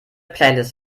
playlist